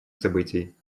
событий